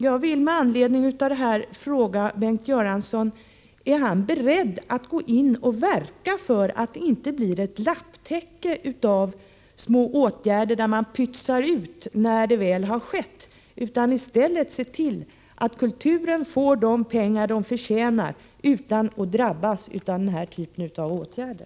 Jag vill med anledning härav fråga Bengt Göransson om han är beredd att gå in och verka för att det inte blir ett lapptäcke av små åtgärder där man pytsar ut när det väl hänt någonting, utan ser till att kulturen får de pengar den förtjänar utan att drabbas av den här typen av åtgärder.